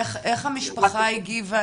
איך המשפחה הגיבה?